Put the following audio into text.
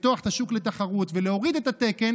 לפתוח את השוק לתחרות ולהוריד את התקן,